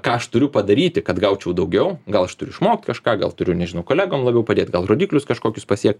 ką aš turiu padaryti kad gaučiau daugiau gal aš turiu išmokt kažką gal turiu nežinau kolegom labiau padėt gal rodiklius kažkokius pasiekt